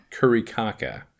Curicaca